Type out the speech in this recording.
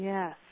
Yes